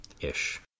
ish